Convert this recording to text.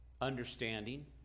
understanding